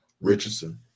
Richardson